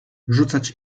rzucać